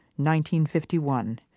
1951